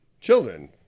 Children